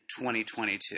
2022